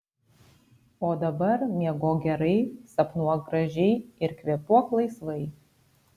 o dabar miegok gerai sapnuok gražiai ir kvėpuok laisvai